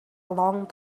long